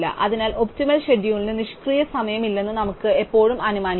അതിനാൽ ഒപ്റ്റിമൽ ഷെഡ്യൂളിന് നിഷ്ക്രിയ സമയമില്ലെന്ന് നമുക്ക് എപ്പോഴും അനുമാനിക്കാം